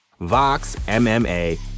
VOXMMA